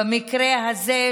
במקרה הזה,